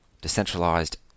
decentralized